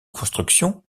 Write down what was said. construction